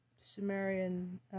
Sumerian